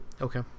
Okay